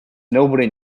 nobody